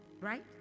right